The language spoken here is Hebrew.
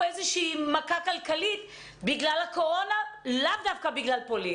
עכשיו מכה כלכלית בגלל הקורונה ולאו דווקא בגלל פולין.